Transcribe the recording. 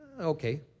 Okay